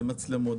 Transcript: במצלמות,